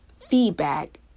feedback